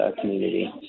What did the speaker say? community